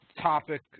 topic